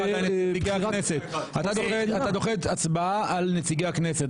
אתה דוחה הצבעה על נציגי הכנסת.